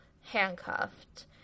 handcuffed